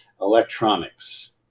electronics